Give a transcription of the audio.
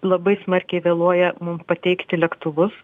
labai smarkiai vėluoja mum pateikti lėktuvus